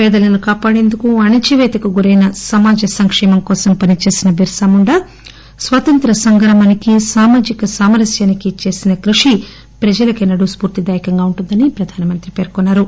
పేదలను కాపాడేందుకు అణచిపేతకు గురైన సమాజ సంక్షేమం కోసం పనిచేసిన బిర్పాముండా స్వాతంత్య సంగ్రామానికి సామాజిక సామరస్యాన్ని చేసిన కృషి ప్రజలకు ఎన్నడూ స్పూర్తిదాయకంగా ఉంటుందని ప్రధాన మంత్రి పేర్కొన్నారు